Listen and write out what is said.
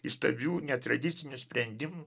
įstabių netradicinių sprendimų